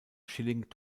schilling